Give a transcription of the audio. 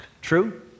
true